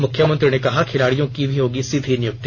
मुख्यमंत्री ने कहा खिलाड़ियों की होगी सीधी नियुक्ति